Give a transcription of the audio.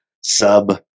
sub-